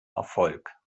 erfolg